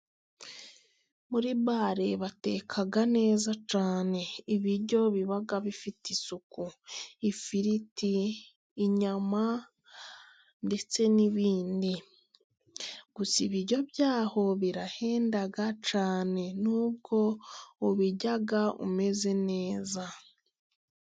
Muri bare bateka neza cyane. Ibiryo biba bifite isuku. Ifiriti ,inyama ndetse n'ibindi. Gusa ibiryo byaho birahenda cyane nubwo ubirya umeze neza.